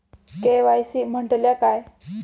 KYC म्हटल्या काय?